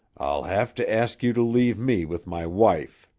i'll have to ask you to leave me with my wife.